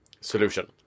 solution